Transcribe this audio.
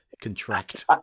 contract